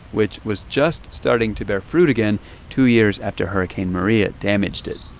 which was just starting to bear fruit again two years after hurricane maria damaged it.